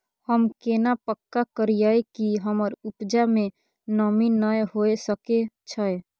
हम केना पक्का करियै कि हमर उपजा में नमी नय होय सके छै?